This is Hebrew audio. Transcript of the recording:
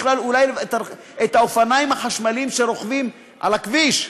בכלל, אולי את האופניים החשמליים, שרוכבים בכביש,